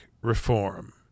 Reform